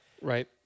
Right